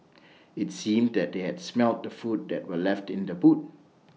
IT seemed that they had smelt the food that were left in the boot